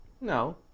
No